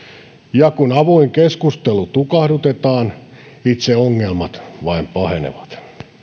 ja kun avoin keskustelu tukahdutetaan itse ongelmat vain pahenevat